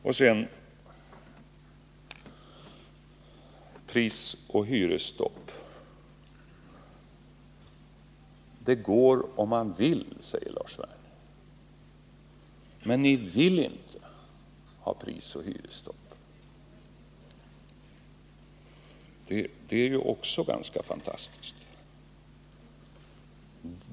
Sedan detta om prisoch hyresstopp. Det går om man vill, men regeringen villinte ha prisoch hyresstopp, säger Lars Werner. Det är ett påstående som också är ganska fantastiskt.